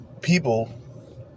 people